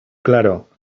claro